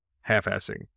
half-assing